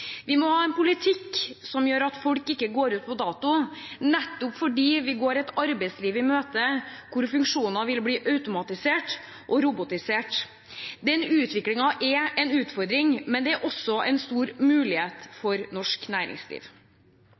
Vi må ha en politikk som gjør at folk ikke går ut på dato, nettopp fordi vi går et arbeidsliv i møte hvor funksjoner vil bli automatisert og robotisert. Den utviklingen er en utfordring, men også en stor mulighet for norsk næringsliv.